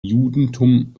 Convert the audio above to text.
judentum